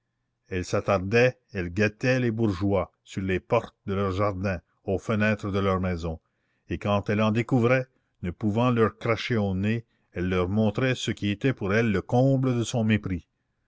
elle s'attardait elle guettait les bourgeois sur les portes de leurs jardins aux fenêtres de leurs maisons et quand elle en découvrait ne pouvant leur cracher au nez elle leur montrait ce qui était pour elle le comble de son mépris